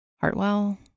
Hartwell